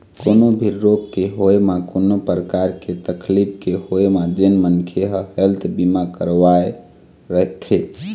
कोनो भी रोग के होय म कोनो परकार के तकलीफ के होय म जेन मनखे ह हेल्थ बीमा करवाय रथे